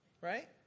Right